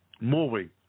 moving